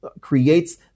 creates